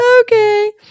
Okay